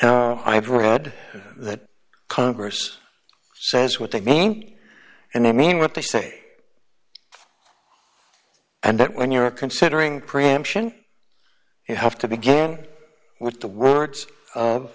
or i've read that congress says what they mean and i mean what they say and that when you're considering preemption you have to begin with the words